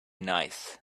nice